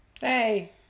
hey